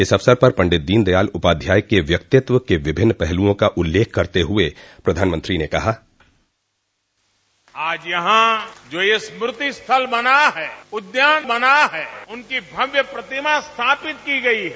इस अवसर पर पण्डित दीनदयाल उपाध्याय के व्यक्तित्व के विभिन्न पहलुओं का उल्लेख करते हुए प्रधानमंत्री ने कहा बाइटआज यहां जो स्मृति स्थल बना है उद्यान बना है उनकी भव्य प्रतिमा स्थापित की गयी है